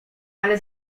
ale